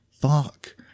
Fuck